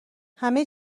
همه